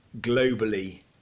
globally